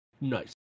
Nice